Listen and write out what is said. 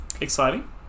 Exciting